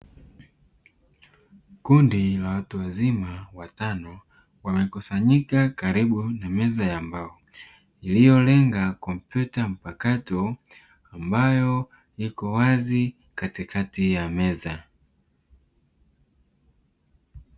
Kundi la watu wazima watano waliokusanyika karibu na meza ya mbao iliyolenga kompyuta mpakato ambayo iko wazi katikati ya meza.